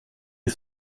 des